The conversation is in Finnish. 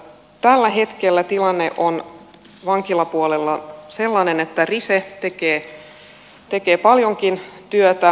tällä hetkellä tilanne on vankilapuolella sellainen että rise tekee paljonkin työtä